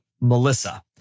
Melissa